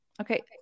Okay